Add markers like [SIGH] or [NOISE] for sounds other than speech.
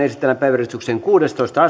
päiväjärjestyksen kuudestoista [UNINTELLIGIBLE]